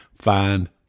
find